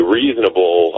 reasonable